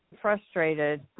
frustrated